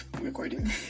recording